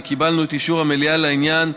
וקיבלנו את אישור המליאה לעניין,